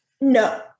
No